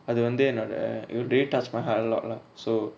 அது வந்து என்னோட:athu vanthu ennoda you will really touched my heart a lot lah so